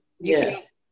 Yes